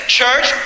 church